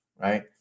right